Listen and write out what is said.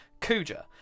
Kuja